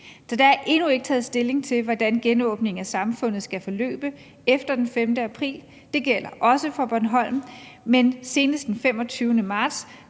Så der er endnu ikke taget stilling til, hvordan genåbningen af samfundet skal forløbe efter den 5. april; det gælder også for Bornholm. Men senest den 25. marts